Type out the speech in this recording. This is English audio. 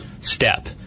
step